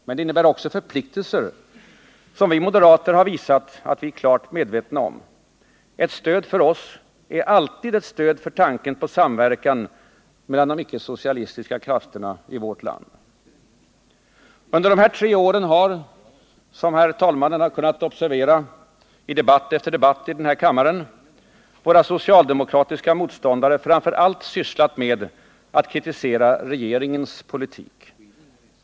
Men det innebär också förpliktelser, som vi moderater har visat att vi är klart medvetna om. Ett stöd för oss är alltid ett stöd för tanken på samverkan mellan de icke-socialistiska krafterna i vårt land. Under dessa tre år har — som herr talmannen kunnat observera i debatt efter debatt i denna kammare — våra socialdemokratiska motståndare framför allt sysslat med att kritisera regeringens politik.